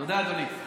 תודה, אדוני.